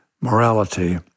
morality